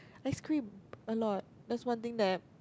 I scream a lot that's one thing that